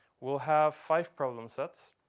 we'll have five problem sets.